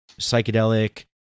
psychedelic